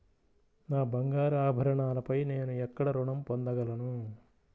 నా బంగారు ఆభరణాలపై నేను ఎక్కడ రుణం పొందగలను?